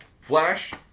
Flash